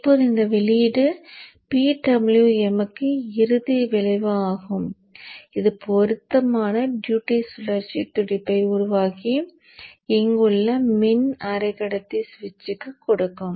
இப்போது இந்த வெளியீடு PWM க்கு இறுதி விளைவு ஆகும் இது பொருத்தமான டியூட்டி சுழற்சி துடிப்பை உருவாக்கி இங்குள்ள மின் அரை கடத்தி சுவிட்சுக்கு கொடுக்கும்